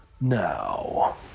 now